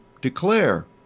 declare